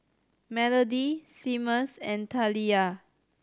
Melodie Seamus and Taliyah